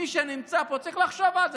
מי שנמצא פה צריך לחשוב על זה,